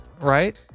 right